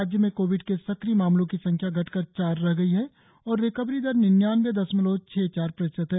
राज्य में कोविड के सक्रिय मामलों की संख्या घटकर चार रह गई है और रिकवरी दर निन्यानबे दशमलव छह चार प्रतिशत है